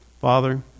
Father